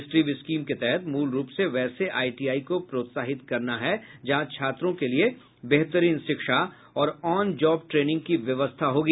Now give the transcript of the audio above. स्ट्रीव scheme के तहत मूल रूप से वैसे आईटीआई को प्रोत्साहित करना है जहां छात्रों के लिए बेहतरीन शिक्षा और ऑन जॉब ट्रेनिंग की व्यवस्था होगी